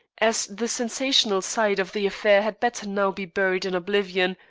as the sensational side of the affair had better now be buried in oblivion,